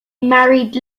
married